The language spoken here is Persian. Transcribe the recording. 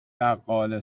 بقال